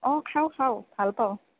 অ খাওঁ খাওঁ ভাল পাওঁ